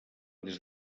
des